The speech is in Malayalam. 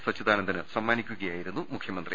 സച്ചിദാനന്ദന് സമ്മാനിക്കുകയാ യിരുന്നു മുഖ്യമന്ത്രി